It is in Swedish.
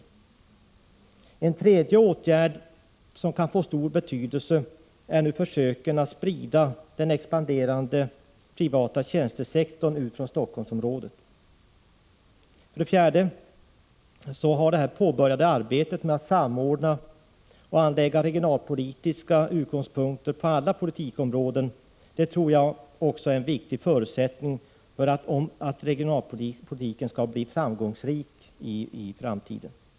För det tredje: En åtgärd som kan få betydelse är försöken att sprida den expanderande privata tjänstesektorn ut från Helsingforssområdet. För det fjärde är det påbörjade arbetet med att samordna regionalpolitiken och att ha regionalpolitiska utgångspunkter på alla politikens områden en viktig förutsättning för att regionalpolitiken skall bli framgångsrik i framtiden.